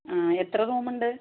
ആ എത്ര റൂമുണ്ട്